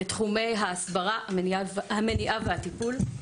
בתחומי ההסברה, המניעה והטיפול.